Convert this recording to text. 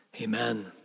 Amen